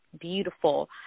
beautiful